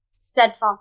steadfast